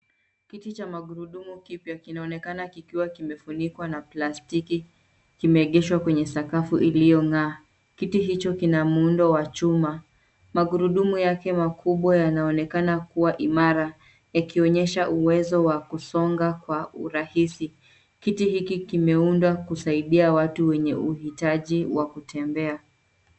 Kiti cha magurudumu kipya kinaonekana kikiwa kimefunikwa na plastiki kimeegeshwa kwenye sakafu iliyongaa. Kiti hicho kina muundo wa chuma. Magurudumu yake makubwa yanaonekana kuwa imara yakionyesha uwezo wa kusonga kwa urahisi. Kiti hiki kimeundwa kusaidia watu wenye uhitaji wa kutembea.